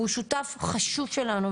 והוא שותף חשוב שלנו,